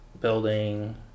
building